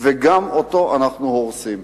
וגם אותו אנחנו הורסים.